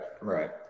right